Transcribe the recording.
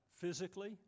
physically